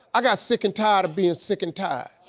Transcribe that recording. i got sick and tired of being sick and tired.